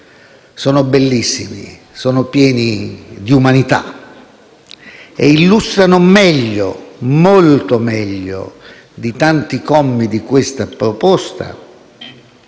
sono bellissimi, sono pieni di umanità e illustrano meglio, molto meglio di tanti commi della proposta